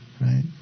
right